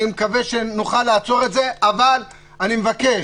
אני מקווה שנוכל לעצור את זה, אבל אני מבקש